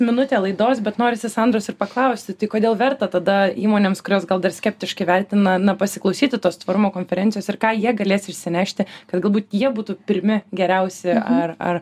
minutė laidos bet norisi sandros ir paklausti tai kodėl verta tada įmonėms kurios gal dar skeptiškai vertina na pasiklausyti tos tvarumo konferencijos ir ką jie galės išsinešti kad galbūt jie būtų pirmi geriausi ar ar